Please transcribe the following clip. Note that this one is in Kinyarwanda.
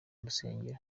rusengero